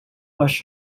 rush